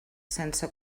sense